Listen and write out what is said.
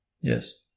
Yes